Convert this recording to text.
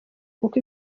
kuko